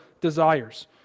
desires